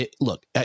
look